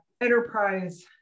enterprise